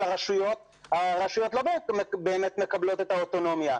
הן לא באמת מקבלות את האוטונומיה.